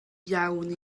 iawn